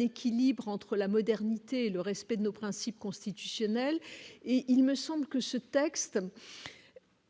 équilibre entre la modernité et le respect de nos principes constitutionnels, et il me semble que ce texte,